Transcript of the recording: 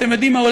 אתם יודעים מה?